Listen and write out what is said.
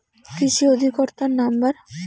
কৃষি অধিকর্তার নাম্বার?